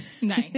nice